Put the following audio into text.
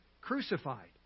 crucified